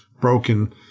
broken